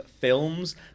films